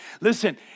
Listen